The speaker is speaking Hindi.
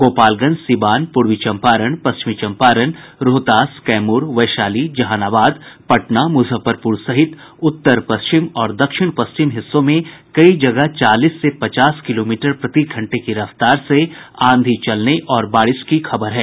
गोपालगंज सिवान पूर्वी चंपारण पश्चिमी चंपारण रोहतास कैमूर वैशाली जहानाबाद पटना मुजफ्फरपुर सहित उत्तर पश्चिम और दक्षिण पश्चिम हिस्सों में कई जगह चालीस से पचास किलोमीटर प्रति घंटे की रफ्तार से आंधी चलने और बारिश की खबर है